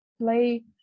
Play